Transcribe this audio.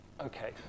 okay